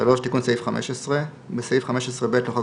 תיקון סעיף 15 3. בסעיף 15(ב) לחוק